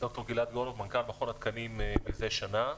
אני מנכ"ל מכון התקנים מזה שנה.